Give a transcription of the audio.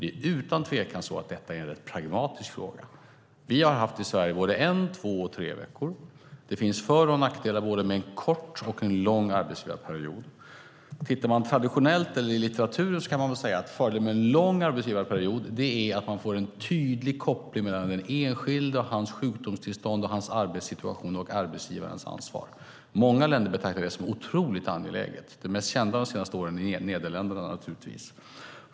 Det är utan tvekan så att detta är en rätt pragmatisk fråga. Vi har i Sverige haft både en, två och tre veckor. Det finns för och nackdelar med både kort och lång arbetsgivarperiod. Tittar man traditionellt eller i litteraturen kan man säga att fördelen med en lång arbetsgivarperiod är att man får en tydlig koppling mellan den enskilde, hans sjukdomstillstånd och hans arbetssituation och arbetsgivarens ansvar. Många länder betraktar det som otroligt angeläget. Det mest kända under de senaste åren är Nederländerna.